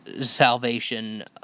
salvation